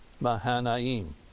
Mahanaim